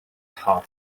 heart